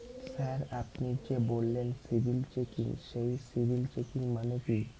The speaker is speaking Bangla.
স্যার আপনি যে বললেন সিবিল চেকিং সেই সিবিল চেকিং মানে কি?